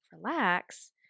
relax